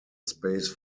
space